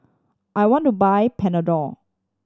I want to buy Panadol